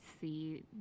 see